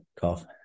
cough